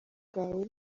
bwawe